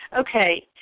okay